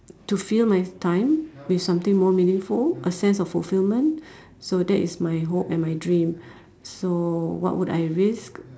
to fill my time with something more meaningful a sense of fulfilment so that is my hope and my dream so what would I risk